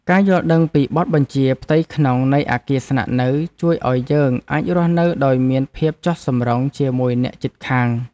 ការយល់ដឹងពីបទបញ្ជាផ្ទៃក្នុងនៃអគារស្នាក់នៅជួយឱ្យយើងអាចរស់នៅដោយមានភាពចុះសម្រុងជាមួយអ្នកជិតខាង។